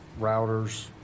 routers